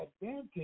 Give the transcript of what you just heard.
advantage